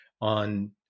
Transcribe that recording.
on